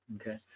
Okay